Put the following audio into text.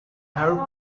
harry